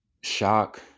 shock